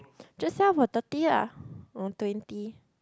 just sell for thirty lah or twenty